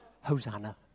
Hosanna